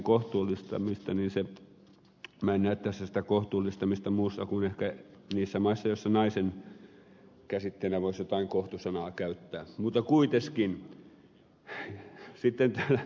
minä en näe tässä sitä kohtuullistamista muussa kuin ehkä niissä maissa joissa naisen käsitteenä voisi jotain kohtu sanaa käyttää mutta kuitenkin